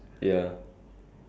very slow ah